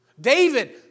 David